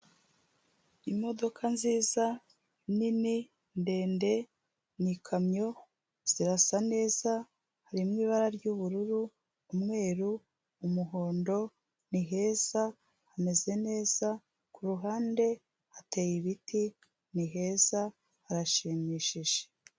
Imodoka nziza, nini, ndende, ni ikamyo, zirasa neza, harimo ibara ry'ubururu, umweru, umuhondo, niheza, hameze neza, ku ruhande hateye ibiti, ni heza harashimishije.